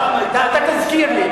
אתה תזכיר לי.